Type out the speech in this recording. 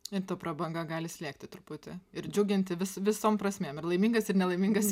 net ta prabanga gali slėgti truputį ir džiuginti vis visom prasmėm ir laimingas ir nelaimingas